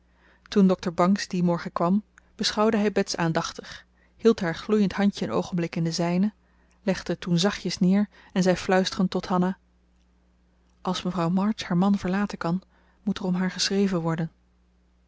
toen dokter bangs dien morgen kwam beschouwde hij bets aandachtig hield haar gloeiend handje een oogenblik in de zijne legde het toen zachtjes neer en zei fluisterend tot hanna als mevrouw march haar man verlaten kan moet er om haar geschreven worden